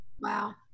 Wow